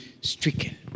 stricken